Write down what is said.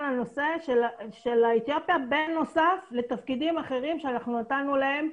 הנושא של אתיופיה בנוסף לתפקידים אחרים שנתנו להם.